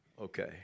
okay